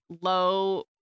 low